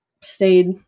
stayed